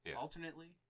Alternately